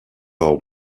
are